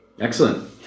Excellent